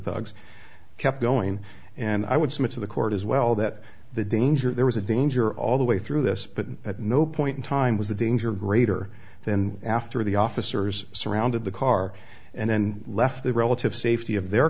thugs kept going and i would submit to the court as well that the danger there was a danger all the way through this but at no point in time was the danger greater than after the officers surrounded the car and then left the relative safety of their